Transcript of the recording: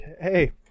hey